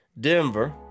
Denver